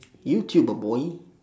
YouTuber b~ boy